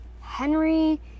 henry